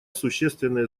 существенное